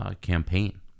campaign